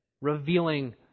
revealing